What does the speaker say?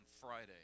Friday